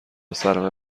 سرمه